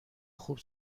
خوب